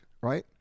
Right